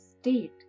state